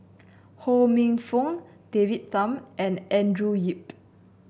Ho Minfong David Tham and Andrew Yip